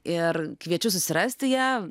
ir kviečiu susirasti ją